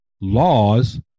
laws